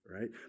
right